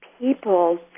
people